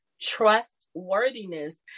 trustworthiness